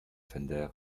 fender